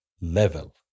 level